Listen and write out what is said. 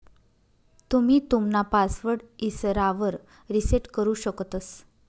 तुम्ही तुमना पासवर्ड इसरावर रिसेट करु शकतंस